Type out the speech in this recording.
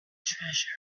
treasure